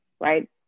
right